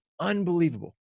Unbelievable